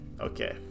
Okay